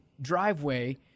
driveway